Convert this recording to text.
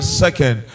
second